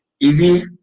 Easy